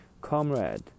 Comrade